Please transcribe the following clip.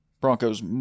Broncos